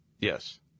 Yes